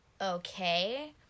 okay